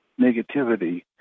negativity